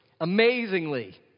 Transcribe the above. Amazingly